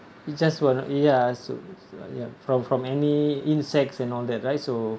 you just want ya so ya from from any insects and all that right so